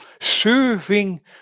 Serving